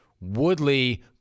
Woodley